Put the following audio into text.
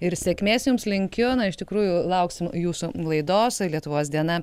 ir sėkmės jums linkiu na iš tikrųjų lauksim jūsų laidos lietuvos diena